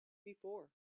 before